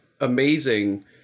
amazing